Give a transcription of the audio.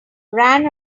ran